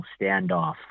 standoff